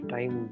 Time